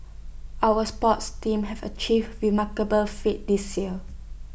our sports teams have achieved remarkable feats this year